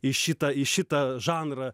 į šitą į šitą žanrą